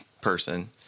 person